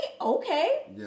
Okay